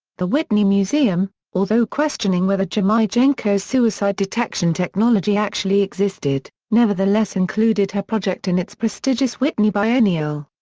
the whitney museum, although questioning whether jeremijenko's suicide-detection technology actually existed, nevertheless included her project in its prestigious whitney biennial.